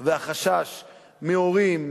והחשש של הורים,